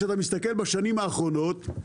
כשאתה מסתכל בשנים האחרונות,